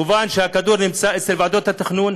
מובן שהכדור נמצא אצל ועדות התכנון,